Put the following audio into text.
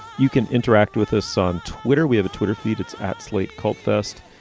you can interact with us on twitter we have a twitter feed it's at slate called first.